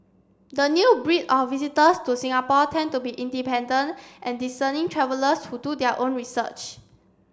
the new breed of visitors to Singapore tend to be independent and discerning travellers who do their own research